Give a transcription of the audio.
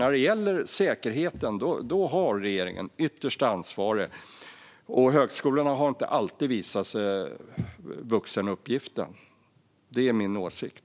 När det gäller säkerheten har regeringen det yttersta ansvaret, och högskolan har inte alltid visat sig vuxen uppgiften. Det är min åsikt.